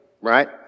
right